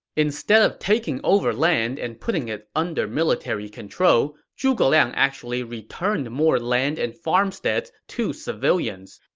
instead of taking over land and putting it under military control, zhuge liang actually returned more land and farmsteads to civilians.